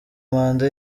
manda